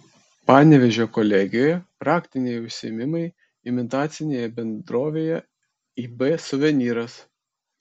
panevėžio kolegijoje praktiniai užsiėmimai imitacinėje bendrovėje ib suvenyras